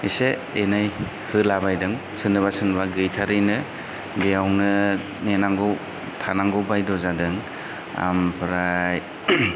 एसे एनै होलाबायदों सोरनोबा सोरनोबा गैथारैनो बेयावनो नेनांगौ थानांगौ बायद' जादों आमफ्राय